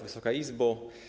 Wysoka Izbo!